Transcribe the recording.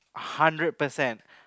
hundred percent